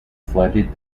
flooded